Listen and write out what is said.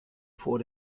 vor